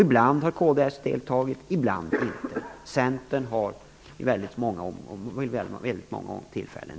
Ibland har kds deltagit, och ibland inte. Centern har deltagit vid väldigt många tillfällen.